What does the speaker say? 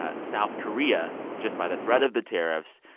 ah south korea, just by the threat of the tariffs,